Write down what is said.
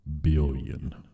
billion